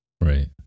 Right